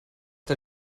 der